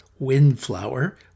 Windflower